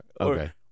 Okay